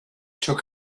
took